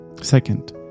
Second